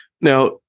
Now